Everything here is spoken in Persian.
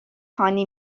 هانی